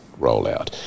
rollout